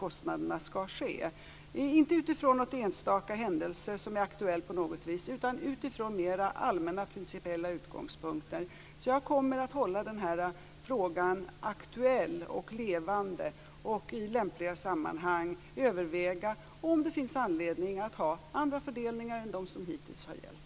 Det här skall inte bedömas utifrån någon enstaka händelse som är aktuell på något vis utan utifrån mer allmänna principiella utgångspunkter. Jag kommer därför att hålla den här frågan aktuell och levande. Jag kommer i lämpliga sammanhang att överväga om det finns anledning att ha andra fördelningar än de som har gällt hittills.